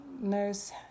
nurse